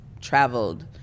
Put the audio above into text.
traveled